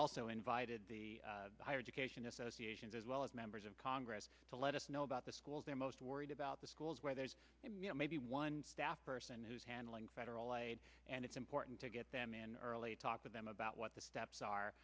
also invited the higher education associations as well as members of congress to let us know about the schools they're most worried about the schools where there's maybe one staff person who's handling federal and it's important to get them in early talk with them about what the steps are